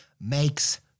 makes